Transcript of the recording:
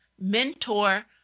mentor